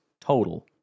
total